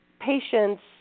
patients